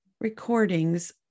recordings